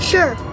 Sure